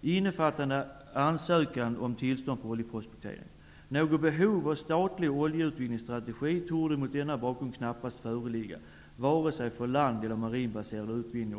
innefattande ansökan om tillstånd för prospektering. Något behov av statlig oljeutvinningsstrategi torde mot denna bakgrund knappast föreligga, vare sig för land eller marinbaserad utvinning.''